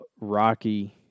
Rocky